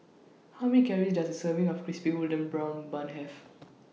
How Many Calories Does A Serving of Crispy Golden Brown Bun Have